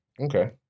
Okay